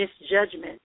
misjudgment